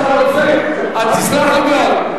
תסלח לי מאוד,